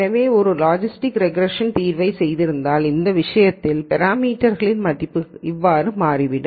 எனவே நீங்கள் ஒரு லாஜிஸ்டிக் ரெக்ரேஷன் தீர்வைச் செய்திருந்தால் இந்த விஷயத்தில் பேராமீட்டர் மதிப்புகள் இவ்வாறு மாறிவிடும்